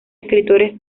escritores